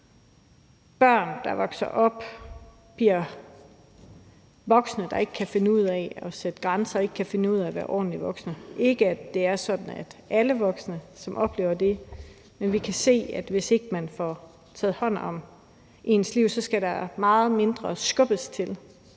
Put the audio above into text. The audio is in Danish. børn, der vokser op og bliver voksne, der ikke kan finde ud af at sætte grænser og ikke kan finde ud af at være ordentlige voksne. Det er ikke sådan, at det er alle voksne, som oplever det, men vi kan se, at hvis ikke man får taget hånd om sit liv, skal der ikke skubbes så